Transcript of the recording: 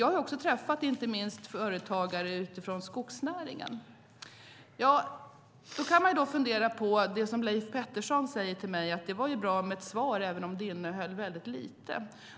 Jag har också träffat företagare från skogsnäringen. Då kan man fundera på det som Leif Pettersson säger till mig, att det var ju bra med ett svar även om det innehöll väldigt lite.